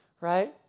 Right